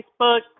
Facebook